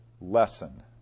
lesson